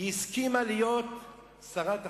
היא הסכימה להיות שרת החוץ.